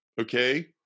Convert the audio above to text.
Okay